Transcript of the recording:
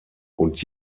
und